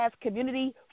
community